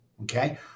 Okay